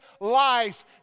life